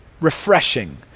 refreshing